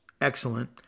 excellent